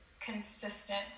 consistent